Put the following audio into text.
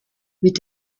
mit